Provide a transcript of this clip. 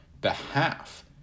behalf